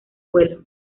vuelo